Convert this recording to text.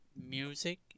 music